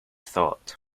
thought